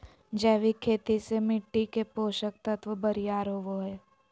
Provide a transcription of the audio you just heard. जैविक खेती से मिट्टी के पोषक तत्व बरियार होवो हय